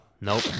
Nope